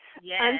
Yes